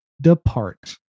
depart